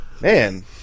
man